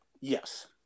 Yes